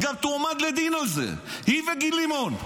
היא גם תועמד לדין על זה, היא וגיל לימון.